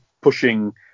pushing